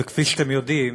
וכפי שאתם יודעים,